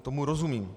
Tomu rozumím.